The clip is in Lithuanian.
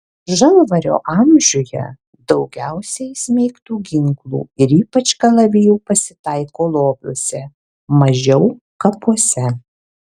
žalvario amžiuje daugiausiai įsmeigtų ginklų ir ypač kalavijų pasitaiko lobiuose mažiau kapuose